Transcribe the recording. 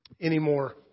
anymore